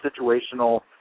situational